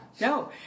no